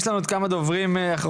יש לנו עוד כמה דוברים אחרונים.